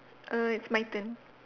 err it's my turn